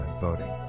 voting